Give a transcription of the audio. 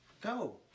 go